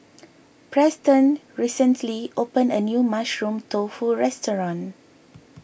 Preston recently opened a new Mushroom Tofu restaurant